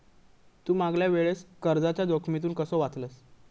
तू मागल्या वेळेस कर्जाच्या जोखमीतून कसो वाचलस